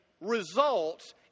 results